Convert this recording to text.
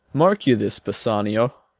mark you this, bassanio,